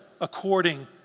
according